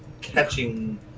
catching